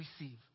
receive